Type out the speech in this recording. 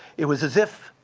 it was as if